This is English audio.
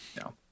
No